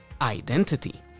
Identity